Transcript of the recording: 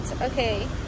okay